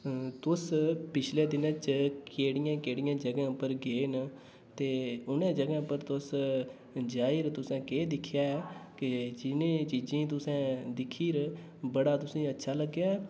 तुस पिच्छले दिनें च केह्ड़ियें केह्ड़ियें जगहें च गे न ते उ'नें जगहें पर जाइयै तुसें केह् केह् दिक्खेआ ऐ ते जि'नें चीजें गी तुसें दिक्खी बड़ा तुसें गी अच्छा लग्गेआ ऐ